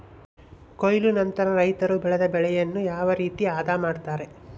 ಕೊಯ್ಲು ನಂತರ ರೈತರು ಬೆಳೆದ ಬೆಳೆಯನ್ನು ಯಾವ ರೇತಿ ಆದ ಮಾಡ್ತಾರೆ?